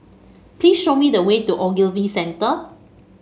please show me the way to Ogilvy Centre